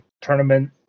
tournament